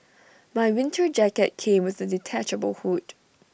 my winter jacket came with A detachable hood